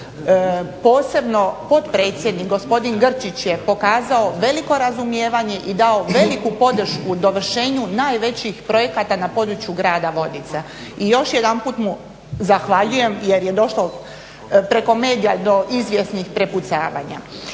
posebno potpredsjednik gospodin Grčić je pokazao veliko razumijevanje i dao veliku podršku dovršenju najvećih projekata na području grada Vodica i još jedanput mu zahvaljujem jer je došlo preko medija do izvjesnih prepucavanja.